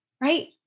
right